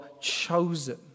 chosen